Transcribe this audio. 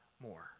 more